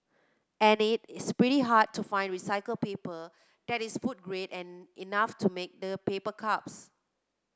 and it's pretty hard to find recycled paper that is food grade and enough to make the paper cups